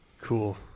Cool